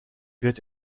wird